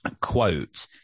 quote